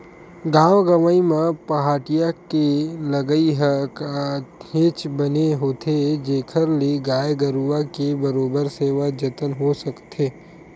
गाँव गंवई म पहाटिया के लगई ह काहेच बने होथे जेखर ले गाय गरुवा के बरोबर सेवा जतन हो सकथे